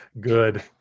Good